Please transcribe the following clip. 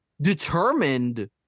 determined